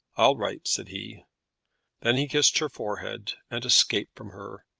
all right, said he then he kissed her forehead and escaped from her,